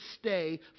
stay